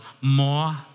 more